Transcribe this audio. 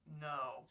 No